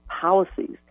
policies